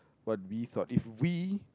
what we thought if we